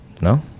no